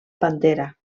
pantera